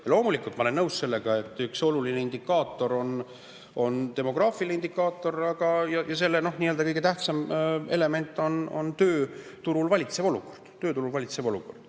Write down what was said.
Loomulikult ma olen nõus sellega, et üks oluline indikaator on demograafiline indikaator ja selle kõige tähtsam element on tööturul valitsev olukord.